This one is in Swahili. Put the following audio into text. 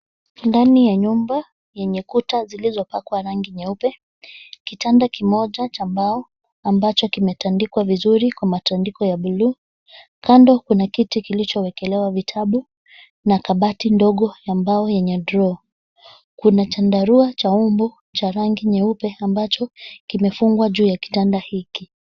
Ndani ya nyumba yenye kuta zilizopakwa rangi nyeupe. Kitanda kimoja cha mbao ambacho kimetandikwa vizuri kwa matadiko ya bluu .Kando kuna kiti kilichowekelewa vitabu na kabati dogo ya mbao yenye (cs)draw(cs).Kuna chandarua cha mbu cha rangi nyeupe ambacho kimefungwa juu ya kitanda hiki.